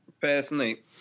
personally